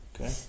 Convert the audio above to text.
Okay